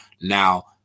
Now